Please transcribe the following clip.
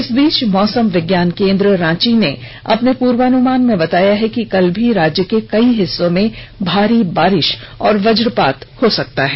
इस बीच मौसम विज्ञान केंद्र रांची ने अपने पूर्वानुमान में बताया है कि कल भी राज्य के कई हिस्सों में भारी बारिश और वज्पात हो सकता है